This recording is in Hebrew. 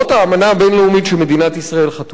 הבין-לאומית שמדינת ישראל חתומה עליה.